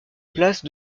place